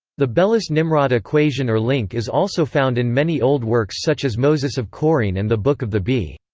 the belus-nimrod equation or link is also found in many old works such as moses of chorene and the book of the bee.